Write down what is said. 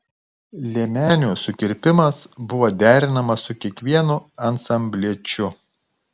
liemenių sukirpimas buvo derinamas su kiekvienu ansambliečiu